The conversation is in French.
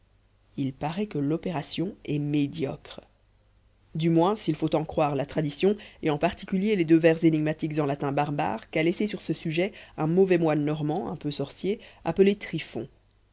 il paraît que l'opération est médiocre du moins s'il faut en croire la tradition et en particulier les deux vers énigmatiques en latin barbare qu'a laissés sur ce sujet un mauvais moine normand un peu sorcier appelé